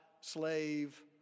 slave